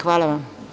Hvala.